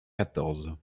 quatorze